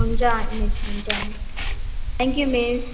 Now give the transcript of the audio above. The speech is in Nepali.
हुन्छ मिस हुन्छ थ्याङ्क यु मिस